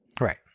Right